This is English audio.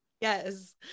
Yes